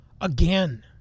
again